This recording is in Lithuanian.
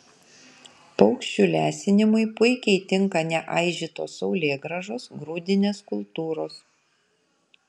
paukščių lesinimui puikiai tinka neaižytos saulėgrąžos grūdinės kultūros